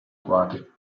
quadri